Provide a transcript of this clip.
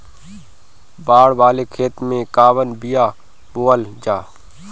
बाड़ वाले खेते मे कवन बिया बोआल जा?